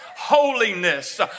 holiness